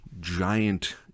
giant